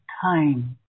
time